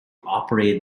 operated